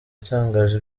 itangaje